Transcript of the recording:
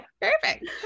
Perfect